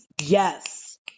yes